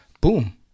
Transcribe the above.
boom